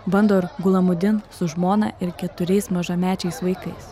bando ir gulamudin su žmona ir keturiais mažamečiais vaikais